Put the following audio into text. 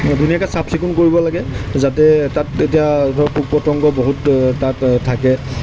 ধুনীয়াকৈ চাফ চিকুণ কৰিব লাগে যাতে তাত এতিয়া ধৰক পোক পতংগ বহুত তাত থাকে